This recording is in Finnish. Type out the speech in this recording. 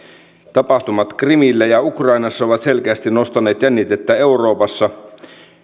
tapahtumat krimillä ja ukrainassa ovat selkeästi nostaneet jännitettä euroopassa